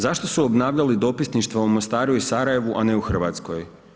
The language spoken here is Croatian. Zašto su obnavljali dopisništvo u Mostaru i Sarajevu, a ne u Hrvatskoj?